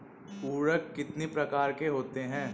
उर्वरक कितनी प्रकार के होते हैं?